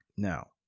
Now